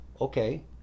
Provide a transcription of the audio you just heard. okay